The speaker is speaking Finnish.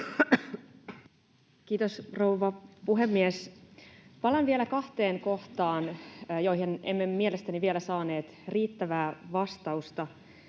Kiitos, rouva puhemies! Palaan vielä kahteen kohtaan, joihin emme mielestäni vielä saaneet riittävää vastausta